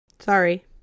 Sorry